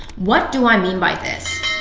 what do i mean by this?